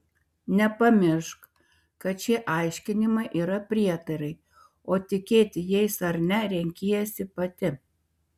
nepamiršk kad šie aiškinimai yra prietarai o tikėti jais ar ne renkiesi pati